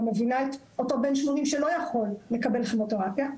מבינה את אותו בן ה-80 שלא יכול לקבל את הכימותרפיה,